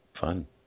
fun